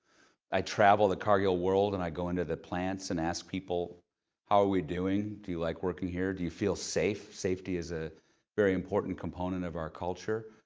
i travel the cargill world, and i go into the plants and ask people how are we doing? do you like working here? do you feel safe? safety is a very important component of our culture.